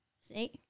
See